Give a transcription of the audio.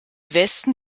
westen